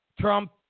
Trump